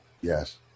Yes